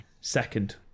Second